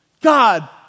God